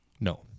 No